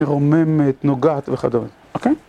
מרוממת, נוגעת, וכדומה. אוקיי?